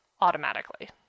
automatically